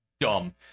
Dumb